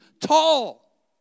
tall